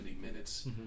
minutes